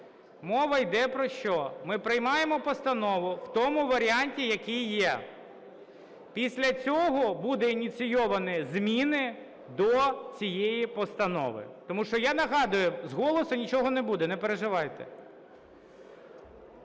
Мова йде про що? Ми приймаємо постанову в тому варіанті, який є, після цього буде ініційовані зміни до цієї постанови. Тому що я нагадую: з голосу нічого не буде, не переживайте.